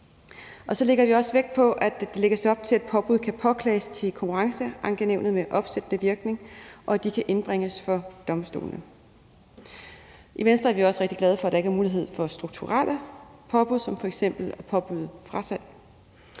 så lægger vi også vægt på, at der lægges op til, at påbud kan påklages til Konkurrenceankenævnet med opsættende virkning, og at de kan indbringes for domstolene. I Venstre er vi også rigtig glade for, at der ikke er mulighed for strukturelle påbud som f.eks. at påbyde frasalg,